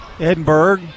Edinburgh